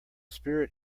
spirit